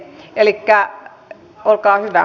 elikkä olkaa hyvä